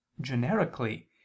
generically